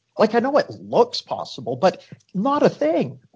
like i know what looks possible, but not a thing.